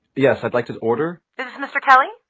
yes i'd like to order. this is mr kelly?